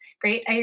great